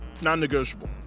non-negotiable